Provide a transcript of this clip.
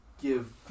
give